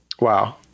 wow